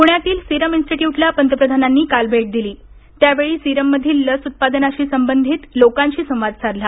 पुण्यातील सिरम इन्स्टिट्यूटला पंतप्रधानांनी भेट दिली त्यावेळी सिरममधील लस उत्पादनाशी संबंधित लोकांशी संवाद साधला